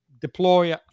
deploy